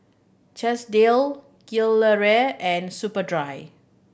Chesdale Gilera and Superdry